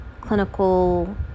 clinical